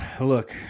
look